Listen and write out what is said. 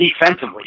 defensively